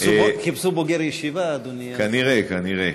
חיפשו בוגר ישיבה, אדוני, אז, כנראה, כנראה.